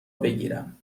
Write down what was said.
بگیرم